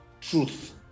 truth